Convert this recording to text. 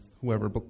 whoever